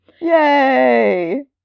Yay